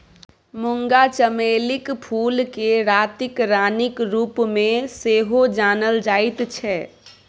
मूंगा चमेलीक फूलकेँ रातिक रानीक रूपमे सेहो जानल जाइत छै